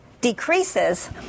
decreases